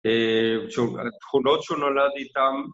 התכונות שהוא נולד איתן